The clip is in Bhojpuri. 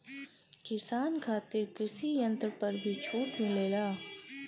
किसान खातिर कृषि यंत्र पर भी छूट मिलेला?